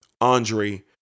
Andre